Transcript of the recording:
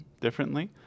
differently